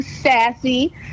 Sassy